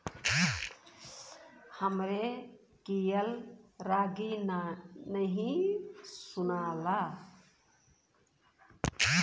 हमरे कियन रागी नही सुनाला